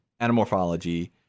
anamorphology